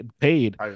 paid